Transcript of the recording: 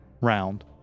round